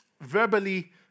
verbally